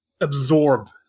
absorb